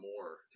more